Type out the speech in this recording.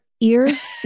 ears